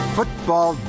Football